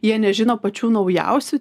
jie nežino pačių naujausių